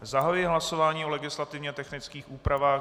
Zahajuji hlasování o legislativně technických úpravách.